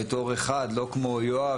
בתור אחד לא כמו יואב,